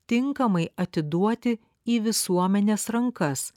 tinkamai atiduoti į visuomenės rankas